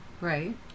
right